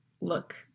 look